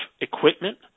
equipment